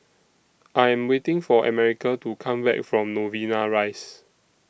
I Am waiting For America to Come Back from Novena Rise